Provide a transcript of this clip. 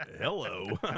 Hello